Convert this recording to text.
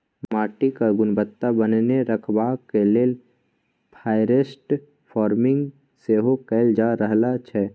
माटिक गुणवत्ता बनेने रखबाक लेल फॉरेस्ट फार्मिंग सेहो कएल जा रहल छै